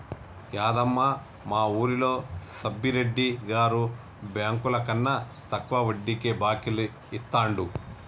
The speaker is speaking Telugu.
యాదమ్మ, మా వూరిలో సబ్బిరెడ్డి గారు బెంకులకన్నా తక్కువ వడ్డీకే బాకీలు ఇత్తండు